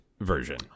version